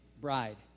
bride